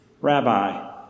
Rabbi